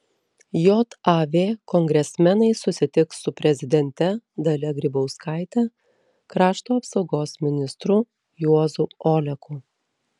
jav kongresmenai susitiks su prezidente dalia grybauskaite krašto apsaugos ministru juozu oleku